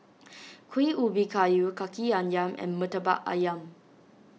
Kuih Ubi Kayu Kaki Ayam and Murtabak Ayam